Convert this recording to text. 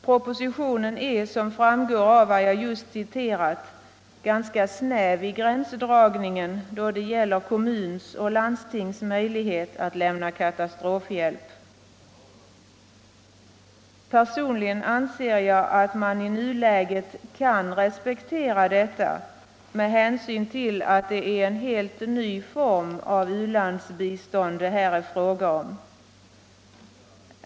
Propositionen är, som framgår av vad jag just citerat, ganska snäv i gränsdragningen då det gäller kommuns och landstings möjlighet att lämna katastrofhjälp. Personligen anser jag att man i nuläget kan respektera detta med hänsyn till att det är en helt ny form av u-landsbistånd det här är fråga om.